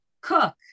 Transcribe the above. cook